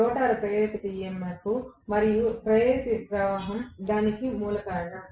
రోటర్లో ప్రేరేపిత EMF మరియు ప్రేరిత ప్రవాహం దీనికి మూల కారణం